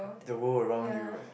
the world around you right